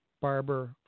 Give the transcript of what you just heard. Barber